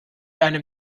einem